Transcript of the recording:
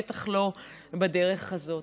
בטח לא בדרך הזאת,